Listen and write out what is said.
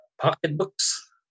pocketbooks